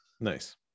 Nice